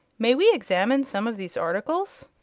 may we examine some of these articles?